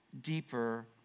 deeper